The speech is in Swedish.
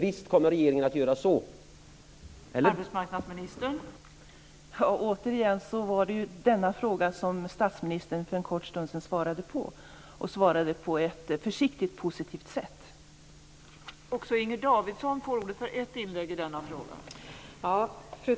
Visst kommer regeringen att göra så, eller hur?